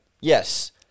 Yes